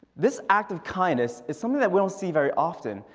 this act of kindness is something that we don't see very often.